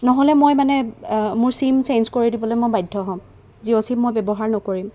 নহ'লে মই মানে মোৰ ছিম চেঞ্জ কৰি দিবলৈ মই বাধ্য হ'ম জিঅ' ছিম মই ব্যৱহাৰ নকৰিম